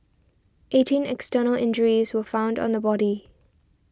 eighteen external injuries were found on the body